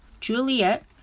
Juliet